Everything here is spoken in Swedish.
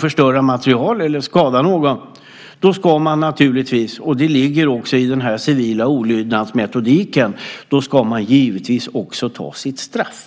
förstöra material eller skada någon, ska man naturligtvis, och det ligger också i den civila olydnadsmetodiken, ta sitt straff.